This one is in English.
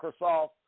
Microsoft